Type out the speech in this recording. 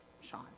Sean